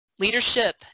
Leadership